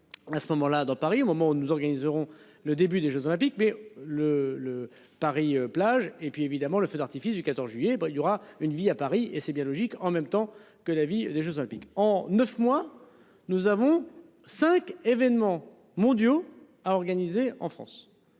À ce moment-là dans Paris au moment où nous organiserons le début des Jeux Olympiques mais le le Paris-Plage et puis évidemment le feu d'artifice du 14 juillet. Ben il y aura une vie à Paris et c'est bien logique en même temps que la vie des Jeux olympiques en 9 mois, nous avons 5 événements mondiaux a organisé en France,